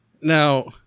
now